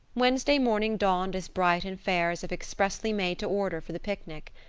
wednesday morning dawned as bright and fair as if expressly made to order for the picnic.